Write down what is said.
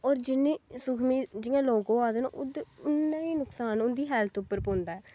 होर जि'न्नी सुखमी जि'यां लोक होआ दे न उ'न्ना ई नुक्सान उंदी हेल्थ उप्पर पौंदा ऐ